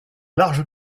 large